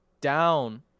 down